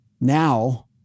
now